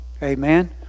Amen